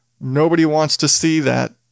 nobody-wants-to-see-that